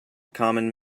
common